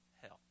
help